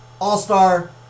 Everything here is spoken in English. all-star